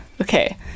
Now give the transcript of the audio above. Okay